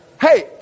hey